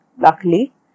Luckily